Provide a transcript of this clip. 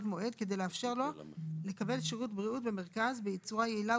מועד כדי לאפשר לו לקבל שירות בריאות במרכז בצורה יעילה,